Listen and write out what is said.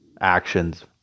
actions